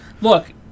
Look